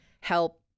help